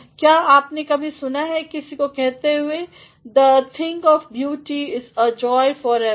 क्या आपने कभी सुना है किसी को कहते हुए the thing of beauty is a joy forever